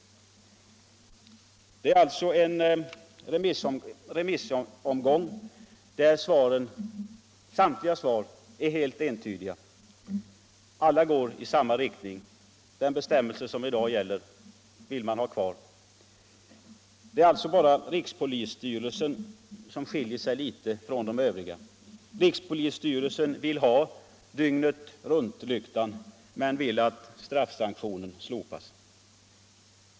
Det är alltså en remissomgång där samtliga svar är helt entydiga. Alla går i samma riktning, den bestämmelse som i dag gäller vill man ha kvar. Det är bara rikspolisstyrelsen som skiljer sig litet från de övriga. Rikspolisstyrelsen vill ha dygnet-runt-lykta men önskar att straffsanktionen slopas.